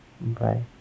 bye